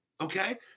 Okay